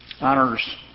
honors